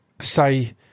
say